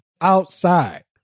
outside